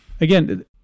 Again